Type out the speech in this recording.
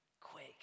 quick